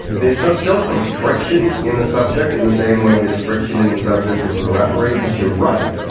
there's so still some friction in the subject in the same way there's friction in the subject of the referee. but you're right,